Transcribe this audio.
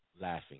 laughing